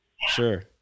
Sure